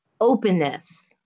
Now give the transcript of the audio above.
openness